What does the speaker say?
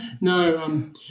No